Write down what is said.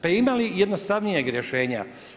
Pa ima li jednostavnijeg rješenja?